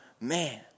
Man